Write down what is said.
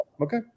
okay